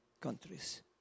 countries